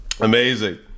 Amazing